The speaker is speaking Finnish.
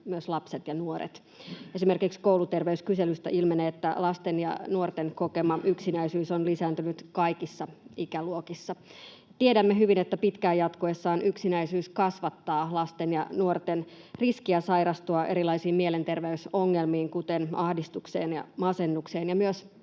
myös lapset ja nuoret. Esimerkiksi kouluterveyskyselystä ilmenee, että lasten ja nuorten kokema yksinäisyys on lisääntynyt kaikissa ikäluokissa. Tiedämme hyvin, että pitkään jatkuessaan yksinäisyys kasvattaa lasten ja nuorten riskiä sairastua erilaisiin mielenterveysongelmiin, kuten ahdistukseen ja masennukseen,